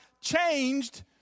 changed